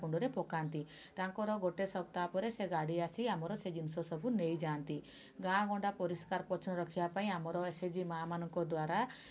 ତାଙ୍କର ଗୋଟେ ସପ୍ତାହ ପରେ ସେ ଗାଡ଼ି ଆସି ଆମର ସେ ଜିନିଷ ସବୁ ନେଇଯାଆନ୍ତି ଗାଁ ଗଣ୍ଡା ପରିଷ୍କାର ପରିଚ୍ଛନ୍ନ ରଖବା ପାଇଁ ଆମର ଏସ୍ ଏଚ୍ ଜି ମାଆମାନଙ୍କ ଦ୍ବାରା